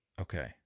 Okay